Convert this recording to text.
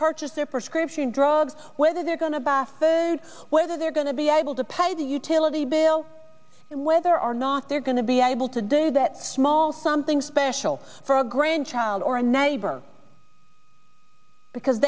purchase their prescription drugs whether they're going to baffled whether they're going to be able to pay the utility bill and whether or not they're going to be able to do that small something special for a grandchild or a neighbor because